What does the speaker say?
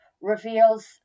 reveals